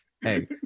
Hey